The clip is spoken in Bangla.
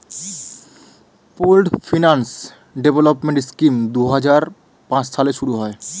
পোল্ড ফিন্যান্স ডেভেলপমেন্ট স্কিম দুই হাজার পাঁচ সালে শুরু হয়